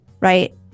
right